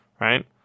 right